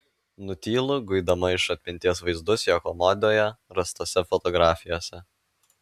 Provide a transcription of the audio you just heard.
nutylu guidama iš atminties vaizdus jo komodoje rastose fotografijose